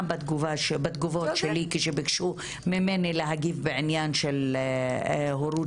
זה לא שוויון מגדרי, זה קידום הורות